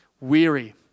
weary